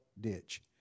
ditch